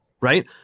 right